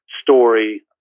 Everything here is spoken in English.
story